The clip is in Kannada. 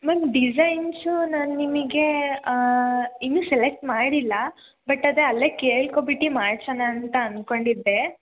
ಮ್ಯಾಮ್ ಡಿಸೈನ್ಸು ನಾನು ನಿಮಗೆ ಇನ್ನು ಸೆಲೆಕ್ಟ್ ಮಾಡಿಲ್ಲಾ ಬಟ್ ಅದೇ ಅಲ್ಲೇ ಕೇಳ್ಕೊಬಿಟ್ಟು ಮಾಡ್ಸೋಣ ಅಂತ ಅನ್ಕೊಂಡಿದ್ದೆ